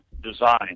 design